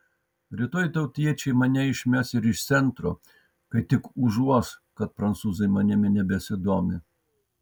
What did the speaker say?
rytoj tautiečiai mane išmes ir iš centro kai tik užuos kad prancūzai manimi nebesidomi